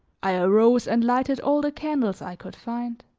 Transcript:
i arose and lighted all the candles i could find.